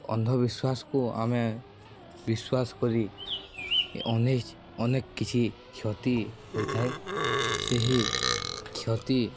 ଅନ୍ଧବିଶ୍ୱାସକୁ ଆମେ ବିଶ୍ୱାସ କରି ଅନେକ କିଛି କ୍ଷତି ହୋଇଥାଏ ସେହି କ୍ଷତି